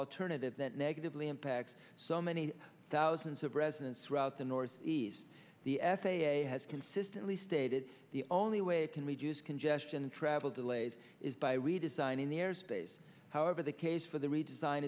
alternative that negatively impacts so many thousands of residents throughout the northeast the f a a has consistently stated the only way it can reduce congestion travel delays is by redesigning the airspace however the case for the redesign